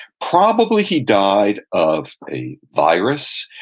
probably he died of a virus,